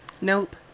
Nope